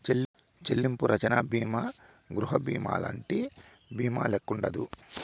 చెల్లింపు రచ్చన బీమా గృహబీమాలంటి బీమాల్లెక్కుండదు